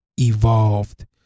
evolved